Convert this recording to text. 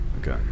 Okay